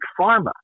pharma